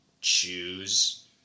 choose